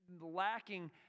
lacking